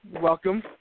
welcome